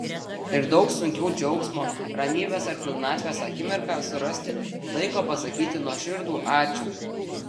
ir daug sunkiau džiaugsmo ramybės ar pilnatvės akimirką surasti laiko pasakyti nuoširdų ačiū